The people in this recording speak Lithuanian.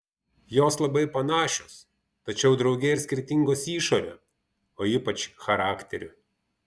jos labai panašios tačiau drauge ir skirtingos išore o ypač charakteriu